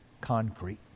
concrete